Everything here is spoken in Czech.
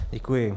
Děkuji.